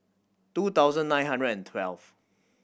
two thousand nine hundred and twelve